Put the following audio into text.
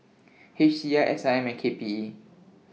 H C I S I M and K P E